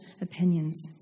opinions